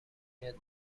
اهمیت